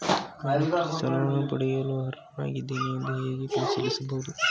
ನಾನು ಕೃಷಿ ಸಾಲವನ್ನು ಪಡೆಯಲು ಅರ್ಹನಾಗಿದ್ದೇನೆಯೇ ಎಂದು ಹೇಗೆ ಪರಿಶೀಲಿಸಬಹುದು?